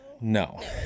No